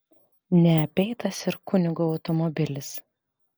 neapeitas ir kunigo automobilis